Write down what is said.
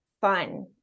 fun